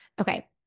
Okay